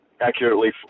accurately